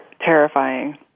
terrifying